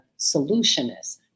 solutionist